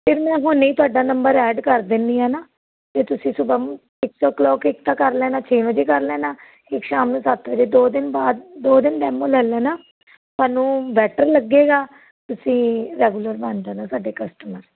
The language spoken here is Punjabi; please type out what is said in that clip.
ਫਿਰ ਮੈਂ ਹੁਣੇ ਤੁਹਾਡਾ ਨੰਬਰ ਐਡ ਕਰ ਦਿੰਦੀ ਹਾਂ ਨਾ ਅਤੇ ਤੁਸੀਂ ਸੁਬਹਾ ਸਿਕਸ ਓ ਕਲੋਕ ਇੱਕ ਤਾਂ ਕਰ ਲੈਣਾ ਛੇ ਵਜੇ ਕਰ ਲੈਣਾ ਇਕ ਸ਼ਾਮ ਨੂੰ ਸੱਤ ਵਜੇ ਦੋ ਦਿਨ ਬਾਅਦ ਦੋ ਦਿਨ ਡੈਮੋ ਲੈ ਲੈਣਾ ਤੁਹਾਨੂੰ ਬੈਟਰ ਲੱਗੇਗਾ ਤੁਸੀਂ ਰੈਗੂਲਰ ਬਣ ਜਾਣਾ ਸਾਡੇ ਕਸਟਮਰ